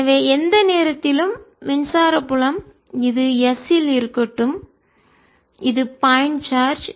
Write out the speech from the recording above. எனவே எந்த நேரத்திலும் மின்சார புலம் இது s இல் இருக்கட்டும் இது பாயிண்ட் சார்ஜ்